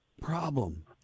problem